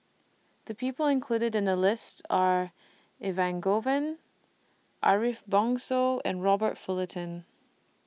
The People included in The list Are Elangovan Ariff Bongso and Robert Fullerton